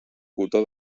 cotó